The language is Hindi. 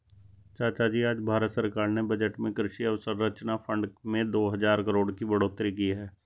चाचाजी आज भारत सरकार ने बजट में कृषि अवसंरचना फंड में दो हजार करोड़ की बढ़ोतरी की है